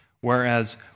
whereas